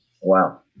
Wow